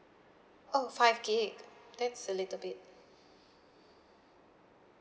oh five gigabyte that's a little bit